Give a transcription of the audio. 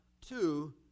two